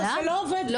זה לא ככה.